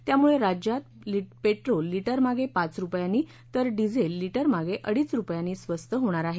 त्यामुळे राज्यात पेट्रोल लिटरमागे पाच रुपयांनी तर डिझेल लिटरमागे अडीच रुपयांनी स्वस्त होणार आहे